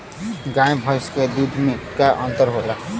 गाय भैंस के दूध में का अन्तर होला?